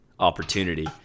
opportunity